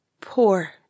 poor